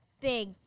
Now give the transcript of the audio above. big